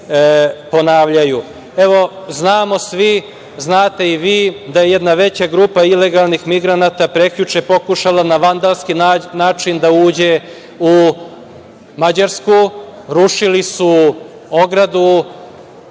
svi, a znate i vi da je jedna veća grupa ilegalnih migranata prekjuče pokušala na vandalski način da uđe u Mađarsku, rušili su ogradu.